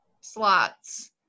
slots